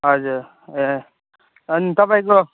हजुर ए अनि तपाईँको